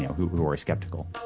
who who are skeptical